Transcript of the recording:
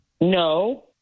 No